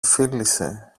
φίλησε